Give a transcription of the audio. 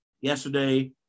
yesterday